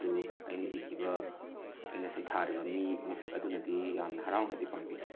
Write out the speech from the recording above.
ꯑꯗꯣ ꯑꯩꯅ ꯏꯈꯤꯕ ꯑꯩꯅ ꯁꯩꯊꯥꯔꯤꯕ ꯃꯤ ꯃꯤꯁꯛ ꯑꯗꯨꯅꯗꯤ ꯌꯥꯝꯅ ꯍꯔꯥꯎꯅꯗꯤ ꯄꯥꯝꯕꯤꯈꯤ